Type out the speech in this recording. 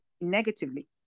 negatively